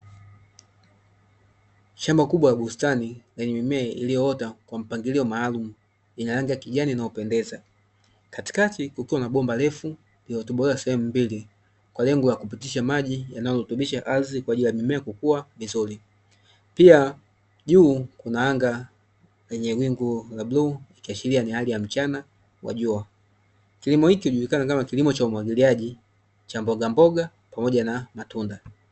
Shamba kubwa la bustani lenye mimea iliyoota kwa mpangilio maalumu, ina rangi ya kijani inayopendeza. Katikati kukiwa na bomba refu lililotobolewa sehemu mbili kwa lengo la kupitisha maji yanayorutubisha ardhi kwa ajili ya mimea kukua vizuri. Pia juu kuna anga lenye wingu la bluu likiashiria ni ya mchana wa jua. Kilimo hiki hujulikana kama kilimo cha umwagiliaji cha mbogamboga pamoja na matunda.